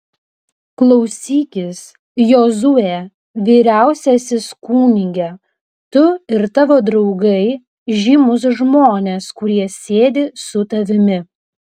klausykis jozue vyriausiasis kunige tu ir tavo draugai žymūs žmonės kurie sėdi su tavimi